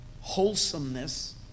wholesomeness